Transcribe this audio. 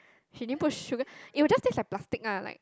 she didn't put sugar it will just taste like plastic ah like